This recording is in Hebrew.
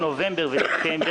חוץ מהניידות,